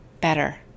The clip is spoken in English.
better